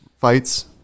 fights